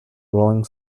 rolling